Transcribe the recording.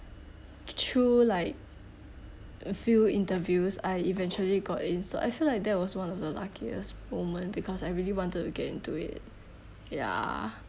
through like a few interviews I eventually got in so I feel like that was one of the luckiest moment because I really wanted to get into it ya